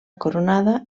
coronada